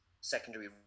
secondary